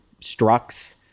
structs